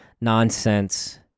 Nonsense